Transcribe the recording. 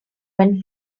when